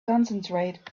concentrate